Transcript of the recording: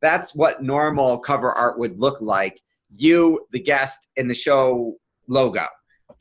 that's what normal cover art would look like you the guest in the show logo